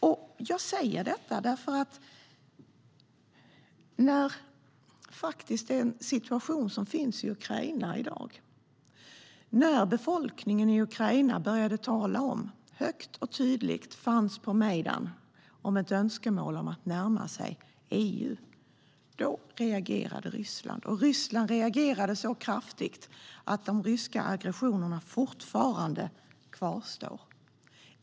Jag säger detta på grund av den situation som råder i Ukraina i dag. När befolkningen i Ukraina högt och tydligt på Majdan framförde önskemål om att närma sig EU reagerade Ryssland. Ryssland reagerade så kraftigt att de ryska aggressionerna fortfarande kvarstår.